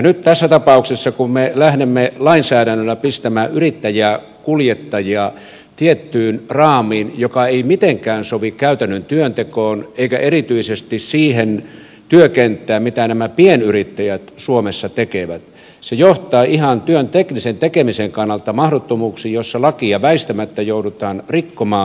nyt tässä tapauksessa kun me lähdemme lainsäädännöllä pistämään yrittäjäkuljettajia tiettyyn raamiin joka ei mitenkään sovi käytännön työntekoon eikä erityisesti siihen työkenttään mitä nämä pienyrittäjät suomessa tekevät se johtaa ihan työn teknisen tekemisen kannalta mahdottomuuksiin jossa lakia väistämättä joudutaan rikkomaan